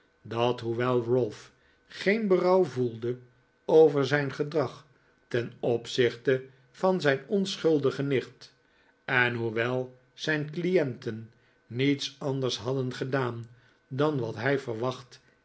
dat hoewel ralph geen berouw voelde over zijn gedrag ten opzichte van zijn onschuldige nicht en hoewel zijn clienten niets anders hadden gedaan dan wat hij verwacht